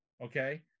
okay